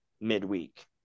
midweek